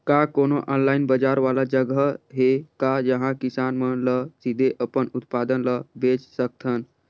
का कोनो ऑनलाइन बाजार वाला जगह हे का जहां किसान मन ल सीधे अपन उत्पाद ल बेच सकथन?